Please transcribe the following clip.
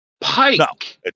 Pike